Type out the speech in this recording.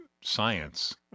science